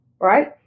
right